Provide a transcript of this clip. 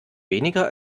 weniger